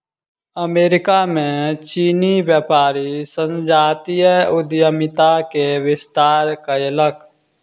America में चीनी व्यापारी संजातीय उद्यमिता के विस्तार कयलक